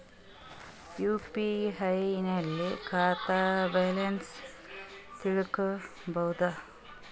UPI ನಲ್ಲಿ ಖಾತಾ balance ತಿಳಕೊ ಬಹುದಾ?